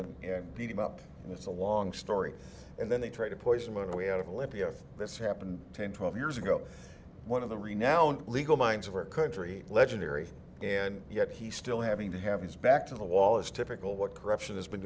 and beat him up and it's a long story and then they try to poison him away out of libya this happened ten twelve years ago one of the renowned legal minds of our country legendary and yet he still having to have his back to the wall is typical what corruption has been